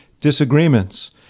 disagreements